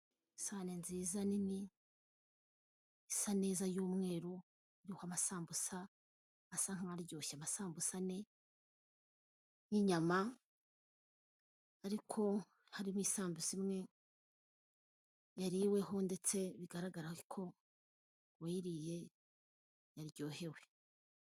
Isahani nziza nini isa neza y'umweru, iriho amasambusa asa nkaryoshye ,amasambusane ane y'inyama ariko hari isambusa imwe yariweho ndetse bigaragara k' uwayiriye yaryohewe,